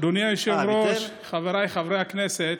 אדוני היושב-ראש, חבריי חברי הכנסת,